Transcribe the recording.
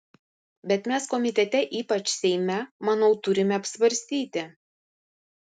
bet mes komitete ypač seime manau turime apsvarstyti